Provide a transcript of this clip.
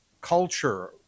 culture